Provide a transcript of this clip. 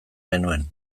genuen